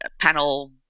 panel